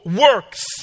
works